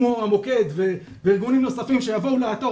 כמו המוקד וארגונים נוספים שיבואו לעתור